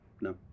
no